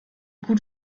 gut